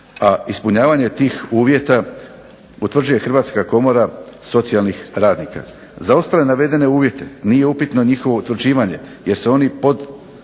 a ispunjavanje tih uvjeta utvrđuje hrvatska komora socijalnih radnika. Za ostale navedene uvjete nije upitno njihovo utvrđivanje jer se oni podastiru